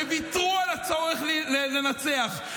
שוויתרו על הצורך לנצח,